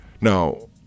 Now